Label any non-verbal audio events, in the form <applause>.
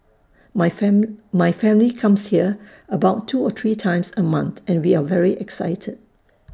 my <unintelligible> my family comes here about two or three times A month and we are very excited